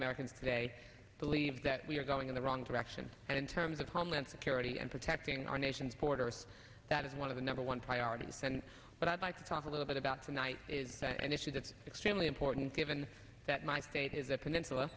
americans today believe that we are going in the wrong direction in terms of homeland security and protecting our nation's border that is one of the number one priorities and i'd like to talk a little bit about tonight is that an issue that's extremely important given that my state is a peninsula